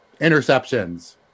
interceptions